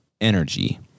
energy